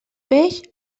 peix